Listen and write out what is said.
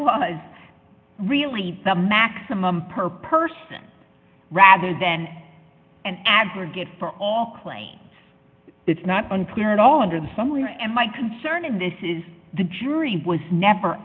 was really the maximum per person rather than an aggregate for all claims it's not unclear at all under the sommelier and my concern in this is the jury was never